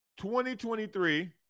2023